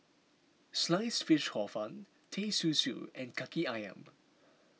Sliced Fish Hor Fun Teh Susu and Kaki Ayam